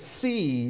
see